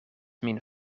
min